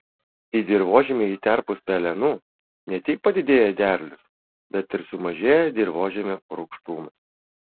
į dirvožemį įterpus pelenų ne tik padidėja derlius bet ir sumažėja dirvožemio rūgštumas